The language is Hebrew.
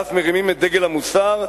ואף מרימים את דגל המוסר,